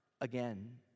again